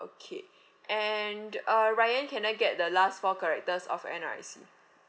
okay and uh ryan can I get the last four characters of N_R_I_C